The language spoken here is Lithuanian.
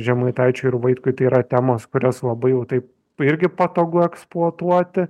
žemaitaičiui ir vaitkui tai yra temos kurias labai jau taip irgi patogu eksploatuoti